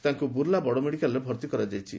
ତାଙ୍କୁ ବୁଲା ବଡ଼ମେଡିକାଲ୍ରେ ଭର୍ତି କରାଯାଇଛି